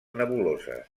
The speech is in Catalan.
nebuloses